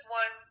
one